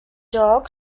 joc